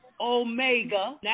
Omega